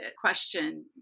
question